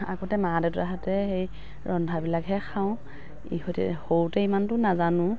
আগতে মা দেউতাহঁতে সেই ৰন্ধাবিলাকহে খাওঁ ইহঁতে সৰুতে ইমানটো নাজানো